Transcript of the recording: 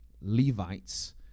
Levites